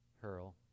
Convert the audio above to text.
hurl